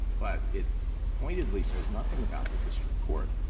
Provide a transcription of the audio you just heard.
but it pointedly says nothing about the district court.